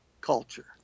culture